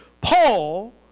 Paul